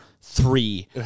three